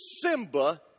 Simba